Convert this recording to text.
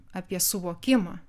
apie suvokimą